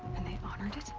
and they honored it?